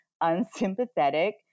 unsympathetic